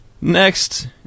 Next